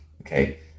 okay